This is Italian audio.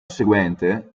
seguente